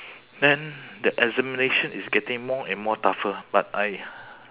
then the examination is getting more and more tougher but I